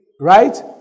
right